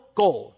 goal